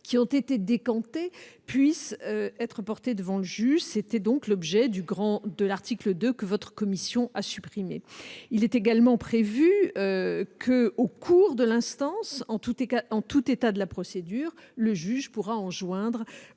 qui ont été « décantées » puissent être portées devant le juge. C'était l'objet du II de l'article 2 que votre commission a supprimé. Il est également prévu qu'au cours de l'instance, en tout état de la procédure, le juge pourra enjoindre